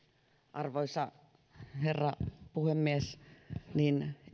arvoisa herra puhemies niin